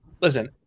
listen